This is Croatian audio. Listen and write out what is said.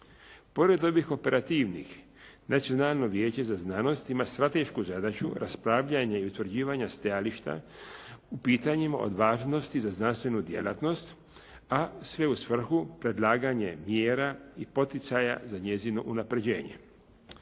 Pored ovih operativnih, Nacionalno vijeće za znanost ima tešku zadaću raspravljanja i utvrđivanja stajališta u pitanjima od važnosti za znanstvenu djelatnost, a sve u svrhu predlaganja mjera i poticaja za njezino unapređenje.